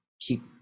keep